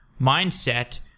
mindset